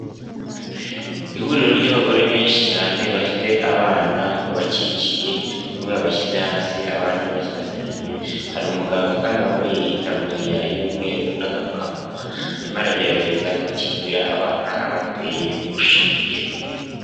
Ihuriro ry'abagore benshi cyane bafite abana babakikiye bamwe babashyize hasi abandi bakibateruye hari umuganga kandi wambaye itaburiya y'umweru n'agapfukamunwa arimo aragerageza gukingira abana abateye urushinge.